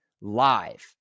live